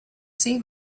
see